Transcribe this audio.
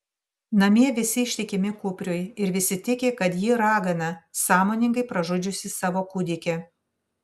namie visi ištikimi kupriui ir visi tiki kad ji ragana sąmoningai pražudžiusi savo kūdikį